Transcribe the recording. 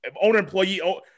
owner-employee